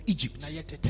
Egypt